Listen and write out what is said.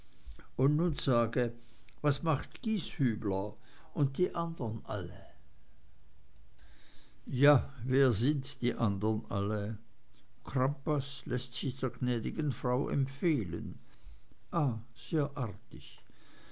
und nun sag was macht gieshübler und die anderen alle ja wer sind die anderen alle crampas läßt sich der gnäd'gen frau empfehlen ah sehr artig